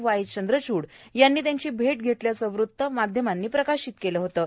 व्हाय चंद्रच्ड यांनी त्यांची भेट घेतल्याचं वृत्त माध्यमांनी प्रकाशित केलं होतं